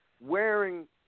wearing